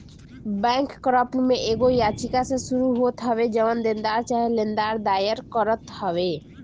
bankrupt में एगो याचिका से शुरू होत हवे जवन देनदार चाहे लेनदार दायर करत हवे